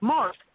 Mark